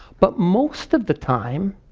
but most of the time,